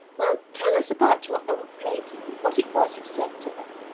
well, tell us about your old lady, and what it was you said to her,